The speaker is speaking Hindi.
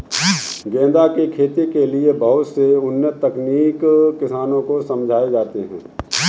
गेंदा की खेती के लिए बहुत से उन्नत तकनीक किसानों को समझाए जाते हैं